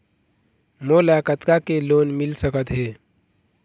मोला कतका के लोन मिल सकत हे?